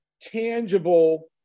tangible